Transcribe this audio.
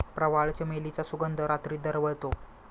प्रवाळ, चमेलीचा सुगंध रात्री दरवळतो